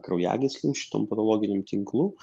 kraujagyslėm šitom patologiniam tinklu